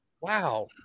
Wow